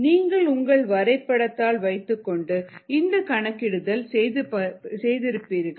நீங்கள் உங்கள் வரைபடத்தாள் வைத்துக்கொண்டு இந்த கணக்கிடுதல் செய்திருப்பீர்கள்